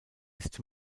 ist